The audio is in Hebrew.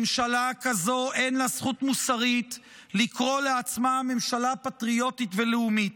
ממשלה כזו אין לה זכות מוסרית לקרוא לעצמה ממשלה פטריוטית ולאומית.